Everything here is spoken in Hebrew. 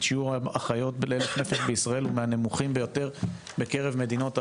שיעור האחיות לאלף נפש בישראל הוא מהנמוכים ביותר בקרב מדינות ה-OECD.